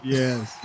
yes